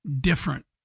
different